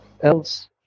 else